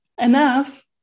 enough